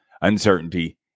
uncertainty